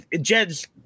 Jed's